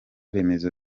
remezo